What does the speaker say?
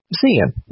seeing